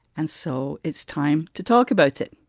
and so it's time to talk about it.